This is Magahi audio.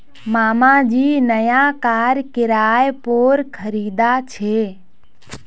मामा जी नया कार किराय पोर खरीदा छे